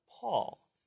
Paul